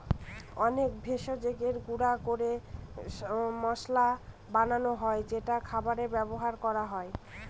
অনেক ভেষজকে গুঁড়া করে মসলা বানানো হয় যেটা খাবারে ব্যবহার করা হয়